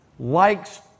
likes